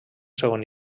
segon